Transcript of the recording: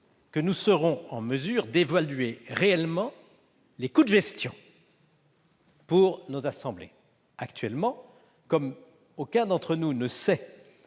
que nous serons en mesure d'évaluer réellement les coûts de gestion pour nos assemblées. Actuellement, comme nul ne sait